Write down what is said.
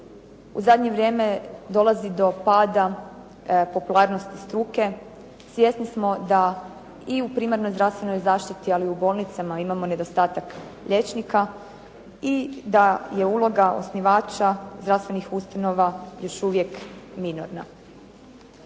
U zadnje vrijeme dolazi do pada popularnosti struke. Svjesni smo da i u primarnoj zdravstvenoj zaštiti, ali i u bolnicama imamo nedostatak liječnika i da je uloga osnivača zdravstvenih ustanova još uvijek minorna.